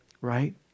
Right